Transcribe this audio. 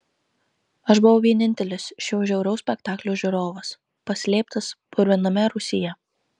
aš buvau vienintelis šio žiauraus spektaklio žiūrovas paslėptas purviname rūsyje